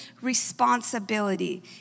responsibility